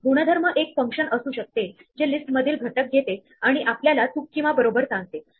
ज्यामध्ये आपण फक्त असेच एलिमेंट घेणार आहोत जे कोणत्याही एकाच सेटमध्ये असतील